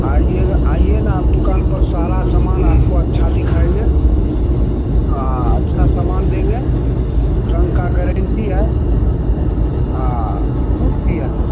आइएगा आइए न आप दुकान पर सारा सामान आपको अच्छा दिखाएँगे हाँ अच्छा सामान देंगे रंग का गारन्टी है सूत भी है